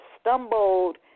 stumbled